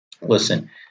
Listen